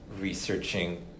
researching